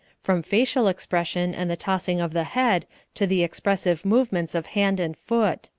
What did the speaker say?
from facial expression and the tossing of the head to the expressive movements of hand and foot.